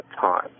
time